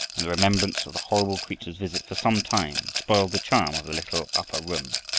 and the remembrance of the horrible creature's visit for some time spoiled the charm of the little upper room.